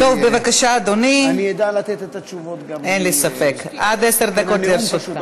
אדוני, עד עשר דקות לרשותך.